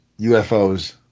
UFOs